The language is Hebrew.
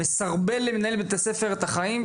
מסרבל למנהל בית הספר את החיים,